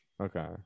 Okay